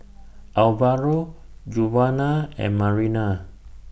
Alvaro Djuana and Marina